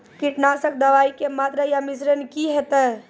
कीटनासक दवाई के मात्रा या मिश्रण की हेते?